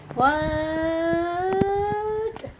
what